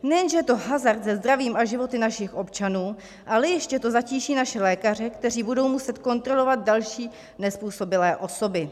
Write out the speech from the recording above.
Nejenom že je to hazard se zdravím a životy našich občanů, ale ještě to zatíží naše lékaře, kteří budou muset kontrolovat další, nezpůsobilé osoby.